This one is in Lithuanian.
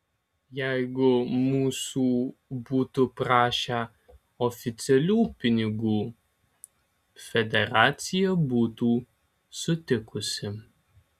jeigu mūsų būtų prašę oficialių pinigų federacija būtų sutikusi